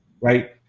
right